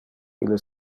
ille